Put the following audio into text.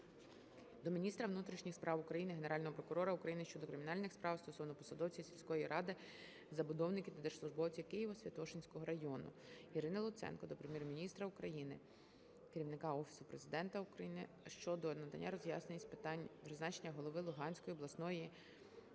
до міністра внутрішніх справ України, Генерального прокурора України щодо кримінальних справ стосовно посадовців сільської ради, забудовників та держслужбовців Києво-Святошинського району. Ірини Луценко до Прем'єр-міністра України, керівника Офісу Президента України щодо надання роз'яснень з питань призначення голови Луганської обласної